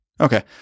Okay